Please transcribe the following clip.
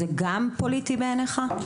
זה גם פוליטי בעיניך?